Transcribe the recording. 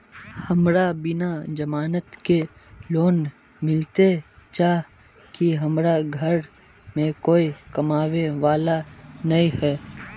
हमरा बिना जमानत के लोन मिलते चाँह की हमरा घर में कोई कमाबये वाला नय है?